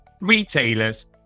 retailers